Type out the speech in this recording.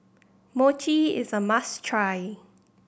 mochi is a must try